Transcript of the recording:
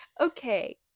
Okay